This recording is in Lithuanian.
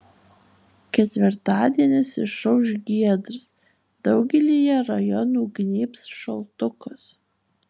ketvirtadienis išauš giedras daugelyje rajonų gnybs šaltukas